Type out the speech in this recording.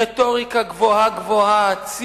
רטוריקה גבוהה גבוהה, ציונית,